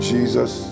Jesus